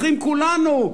אחים כולנו,